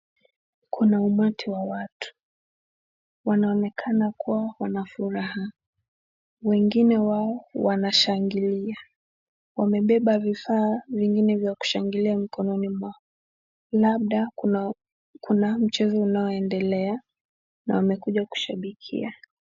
Kuna umati wa watu, wanaonekana kuwa wana furaha. Wengine wao wanashangilia, wamebeba vifaa vingine vya kushangilia mikononi mwao. Labda kuna mchezo unaoendelea na wamekuja kushabikia.